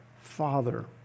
Father